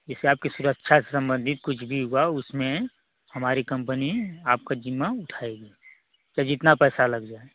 जैसे आपकी सुरक्षा से संबंधित कुछ भी हुआ उसमें हमारी कम्पनी आपका जिम्मा उठाएगी जितना पैसा लग जाए